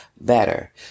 better